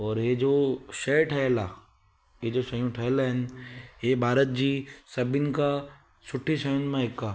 और हीअ जो शइ ठहियलु आहे हीअ जो शयूं ठहियलु आहिनि हीअ भारत जी सभिनि खां सुठी शयुनि मां हिकु आहे